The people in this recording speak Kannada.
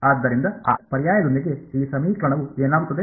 ಆದ್ದರಿಂದ ಆ ಪರ್ಯಾಯದೊಂದಿಗೆ ಈ ಸಮೀಕರಣವು ಏನಾಗುತ್ತದೆ